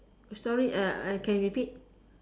sorry uh can repeat